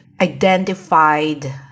identified